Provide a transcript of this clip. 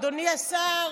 אדוני השר,